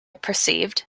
perceived